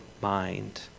mind